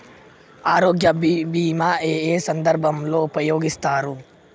ఆరోగ్య బీమా ఏ ఏ సందర్భంలో ఉపయోగిస్తారు?